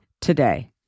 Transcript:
today